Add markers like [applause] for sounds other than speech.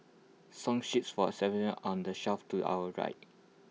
song sheets for [unintelligible] on the shelf to your right